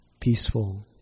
peaceful